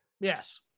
Yes